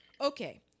Okay